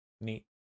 Neat